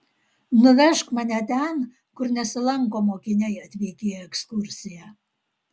nuvežk mane ten kur nesilanko mokiniai atvykę į ekskursiją